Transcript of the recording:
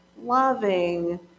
loving